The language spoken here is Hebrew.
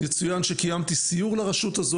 יצויין שקיימתי סיור לרשות הזו,